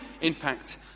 impact